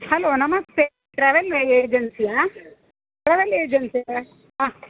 hello ನಮಸ್ತೆ travel ಏಜೆನ್ಸಿಯ travel ಏಜೆನ್ಸಿಯ ಹಾಂ